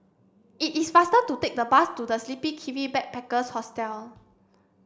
it is faster to take the bus to The Sleepy Kiwi Backpackers Hostel